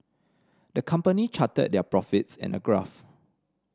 the company charted their profits in a graph